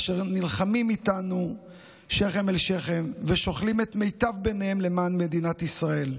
אשר נלחמים איתנו שכם אל שכם ושוכלים את מיטב בניהם למען מדינת ישראל.